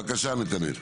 בבקשה נתנאל.